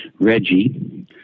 Reggie